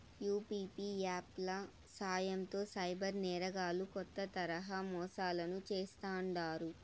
UPI app ల సాయంతో cyber నేరగాల్లు కొత్త తరహా మోసాలను చేస్తాండారు